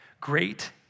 great